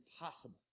impossible